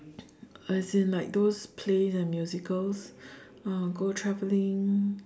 as in like those plays and musicals uh go traveling